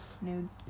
Nudes